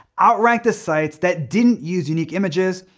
outrank the sites that didn't use unique images,